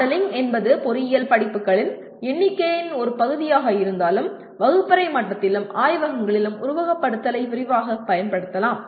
modelling என்பது பொறியியல் படிப்புகளின் எண்ணிக்கையின் ஒரு பகுதியாக இருந்தாலும் வகுப்பறை மட்டத்திலும் ஆய்வகங்களிலும் உருவகப்படுத்துதலை விரிவாகப் பயன்படுத்தலாம்